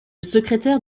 secrétaire